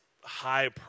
high